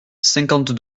cinquante